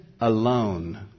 alone